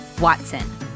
Watson